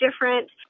different